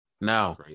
Now